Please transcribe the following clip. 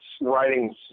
writing